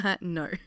no